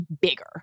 bigger